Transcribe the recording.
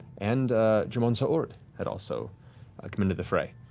and j'mon sa ord had also come into the fray.